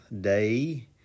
day